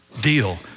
deal